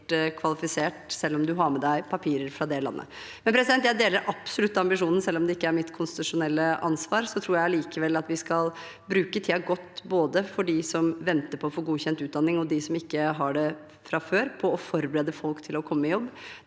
selv om man har med seg papirer fra det landet. Jeg deler absolutt ambisjonen, selv om det ikke er mitt konstitusjonelle ansvar. Jeg tror allikevel at vi skal bruke tiden godt, både for de som venter på å få godkjent utdanning, og de som ikke har det fra før, på å forberede folk til å komme i jobb.